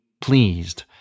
pleased